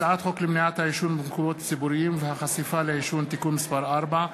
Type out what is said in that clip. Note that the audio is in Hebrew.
הצעת חוק למניעת העישון במקומות ציבוריים והחשיפה לעישון (תיקון מס' 4),